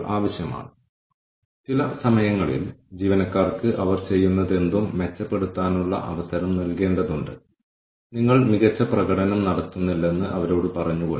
ഉദാഹരണത്തിന് ഞങ്ങളുടെ ഇൻസ്റ്റിറ്റ്യൂട്ടിൽ ഞങ്ങളുടെ പക്കലുള്ള സിസ്റ്റം വളരെ മികച്ചതാണ് നമ്മൾക്ക് ഒരു സപ്പോർട്ടുണ്ട് നമ്മൾക്ക് വളരെയധികം സഹകരിക്കുന്ന സപ്പോർട്ട് സ്റ്റാഫുണ്ട്